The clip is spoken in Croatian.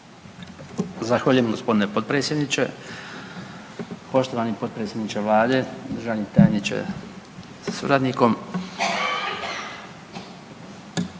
Zahvaljujem g. potpredsjedniče. Poštovani potpredsjedniče Vlade, državni tajniče sa suradnikom.